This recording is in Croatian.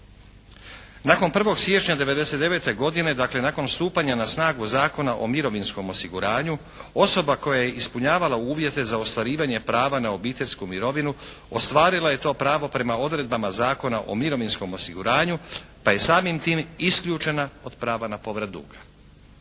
Nakon 1. siječnja '99. godine dakle, nakon stupanja na snagu Zakona o mirovinskom osiguranju osoba koja je ispunjavala uvjete za ostvarivanje prava na obiteljsku mirovinu ostvarila je to pravo prema odredbama Zakona o mirovinskom osiguranju, pa je samim tim isključena od prava na povrat duga.